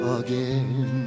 again